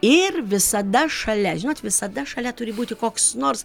ir visada šalia žinot visada šalia turi būti koks nors